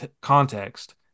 context